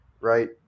right